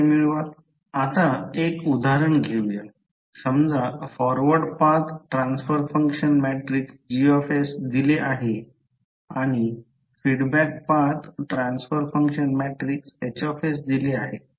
आता एक उदाहरण घेऊ समजा forward path transfer function matrix G दिले आहे आणि feedback path transfer function matrix H दिले आहे